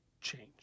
change